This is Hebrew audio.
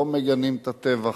לא מגנים את הטבח,